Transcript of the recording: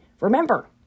Remember